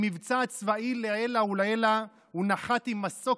במבצע צבאי לעילא ולעילא הוא נחת במסוק